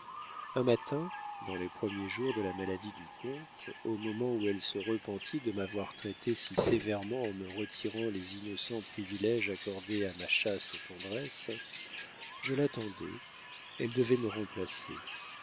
un matin dans les premiers jours de la maladie du comte au moment où elle se repentit de m'avoir traité si sévèrement en me retirant les innocents priviléges accordés à ma chaste tendresse je l'attendais elle devait me remplacer